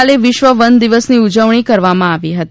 ગઈકાલે વિશ્વ વન દિવસની ઉજવણી કરવામાં આવી હતી